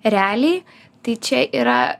realiai tai čia yra